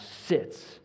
sits